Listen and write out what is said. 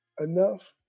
enough